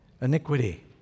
iniquity